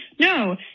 No